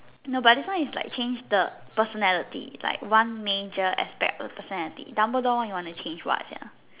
no but this one is like change the personality like one major aspect of the personality Dumbledore what you want change what Sia